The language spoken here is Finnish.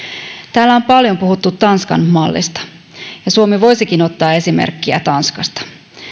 täällä on paljon puhuttu tanskan mallista ja suomi voisikin ottaa esimerkkiä tanskasta